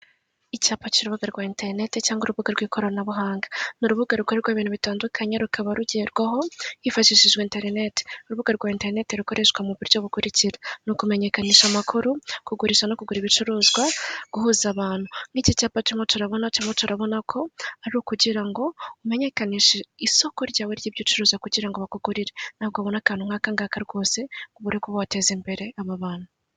Imodoka ziraparitse. Zitegereje gutwara abantu ndetse n'ibintu. Kugira ngo zibageze aho bashaka kujya mu buryo butabagoye. riraatwikiriye. Ibyo itwaye bifite umutekano. Kuko ntabwo bishobora kunyagirwa cyangwa se ngo izuba ribyice.